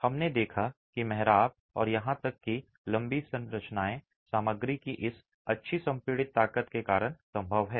हमने देखा कि मेहराब और यहां तक कि लंबी संरचनाएं सामग्री की इस अच्छी संपीड़ित ताकत के कारण संभव हैं